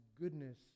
goodness